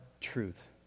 truth